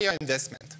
investment